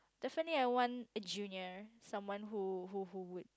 definitely I want a junior someone who who who